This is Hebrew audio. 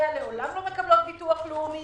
לא מקבלות עליה לעולם ביטוח לאומי,